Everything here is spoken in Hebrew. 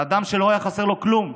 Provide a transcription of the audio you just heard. של אדם שלא היה חסר לו כלום.